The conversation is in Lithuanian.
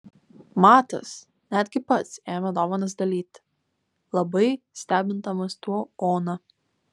matas netgi pats ėmė dovanas dalyti labai stebindamas tuo oną